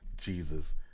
Jesus